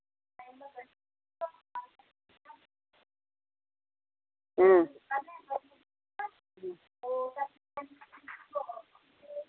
अं